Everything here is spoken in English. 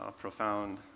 profound